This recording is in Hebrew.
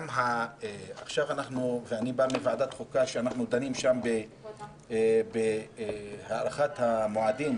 עכשיו אני בא מוועדת חוקה ששם אנחנו דנים בהארכת המועדים.